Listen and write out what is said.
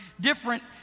Different